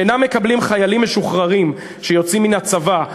שלא מקבלים חיילים משוחררים שיוצאים מן הצבא.